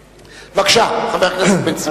בבקשה, חבר הכנסת בן-סימון.